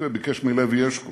מלוי אשכול